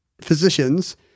physicians